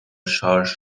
شارژ